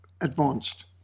advanced